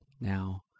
now